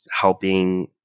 helping